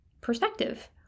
perspective